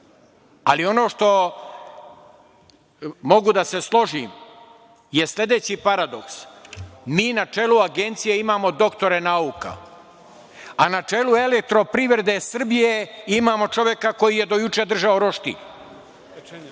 što mogu da se složim je sledeći paradoks – mi na čelu Agencije imamo doktore nauka, a na čelu „Elektroprivrede Srbije“ imamo čoveka koji je do juče držao roštilj. Da li